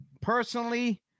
personally